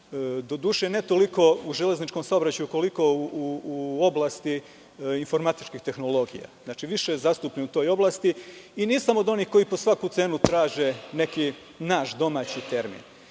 Doduše, ne toliko u železničkom saobraćaju, koliko u oblasti informatičkih tehnologija, više je zastupljen u toj oblasti. Nisam od onih koji po svaku cenu traže neki naš domaći termin.